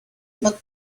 about